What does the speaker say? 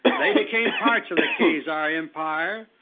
they became parts of the khazar empire,